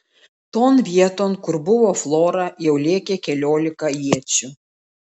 ton vieton kur buvo flora jau lėkė keliolika iečių